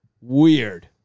weird